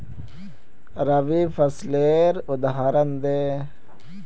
रवि फसलेर उदहारण दे?